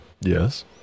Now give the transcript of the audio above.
Yes